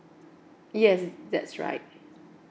yes that's right